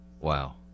Wow